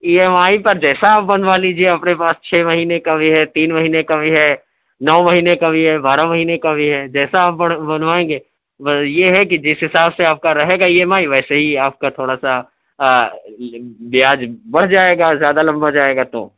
E M I پر جیسا آپ بنوا لیجیے اپنے پاس چھ مہینے کا بھی ہے تین مہینے کا بھی ہے نو مہینے کا بھی ہے بارہ مہینے کا بھی ہے جیسا آپ بنوائیں گے یہ ہے کہ جس حساب سے آپ کا رہے گا ای ایم آئی ویسے ہی آپ کا تھوڑا سا بیاج بڑھ جائے گا زیادہ لمبا ہو جائے گا تو